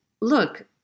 look